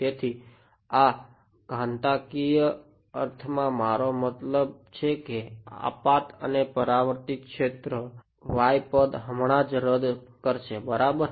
તેથી આ ઘાતાંકીય અર્થમાં મારો મતલબ છે કે આપાત અને પરાવર્તિત ક્ષેત્રો y પદ હમણાં જ રદ કરશે બરાબર